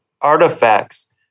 artifacts